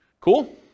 Cool